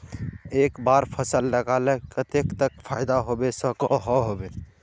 एक बार फसल लगाले कतेक तक फायदा होबे सकोहो होबे?